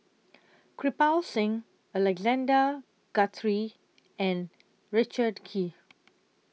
Kirpal Singh Alexander Guthrie and Richard Kee